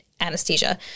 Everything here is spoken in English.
anesthesia